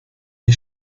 die